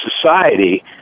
society